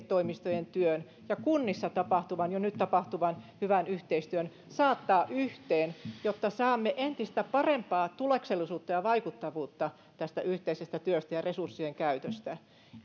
toimistojen työn ja kunnissa jo nyt tapahtuvan hyvän yhteistyön saattaa yhteen jotta saamme entistä parempaa tuloksellisuutta ja vaikuttavuutta tästä yhteisestä työstä ja resurssien käytöstä